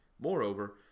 Moreover